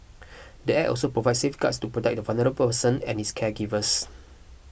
the Act also provides safeguards to protect the vulnerable person and his caregivers